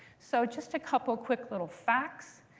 so just a couple quick little facts,